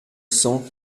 cent